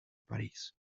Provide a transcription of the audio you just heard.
paris